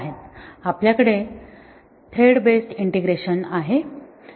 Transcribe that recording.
आपल्या कडे thread based integration आहे